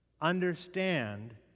understand